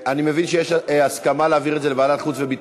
וכמו שאמרה השרה, לא סתם זה הצעות חוק של הבית